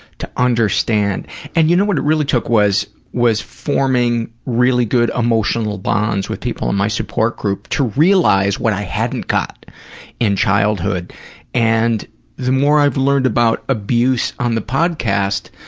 to understand and you know what it really took was was forming really good emotional bonds with people in my support group to realize what i hadn't got in childhood and the more i've learned about abuse on the podcast,